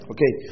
Okay